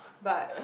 but